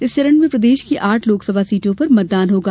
इस चरण में प्रदेश की आठ लोकसभा सीटों पर होगा